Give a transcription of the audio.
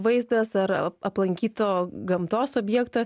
vaizdas ar aplankyto gamtos objekto